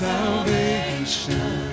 salvation